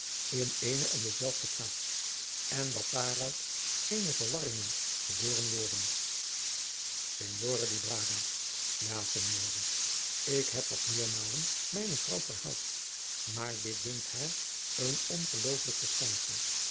in ééne en dezelfde plaats en dat daaruit geene verwarringen geboren worden signore di braga ja signore ik heb dat meermalen mijne vrouw verhaald maar dit dunkt haar een ongeloofelijk verschijnsel